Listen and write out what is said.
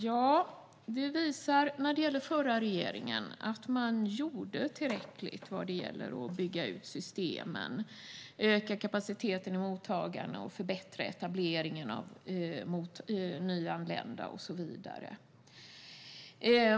Jo, när det gäller den förra regeringen visar de att man gjorde tillräckligt i fråga om att bygga ut systemen, öka kapaciteten i mottagandet, förbättra etableringen av nyanlända och så vidare.